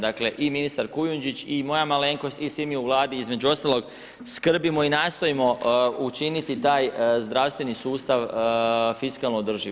Dakle, i ministar Kujundžić i moja malenkost i svi mi u vladi između ostalog skrbimo i nastojimo učiniti taj zdravstveni sustav fiskalno održiv.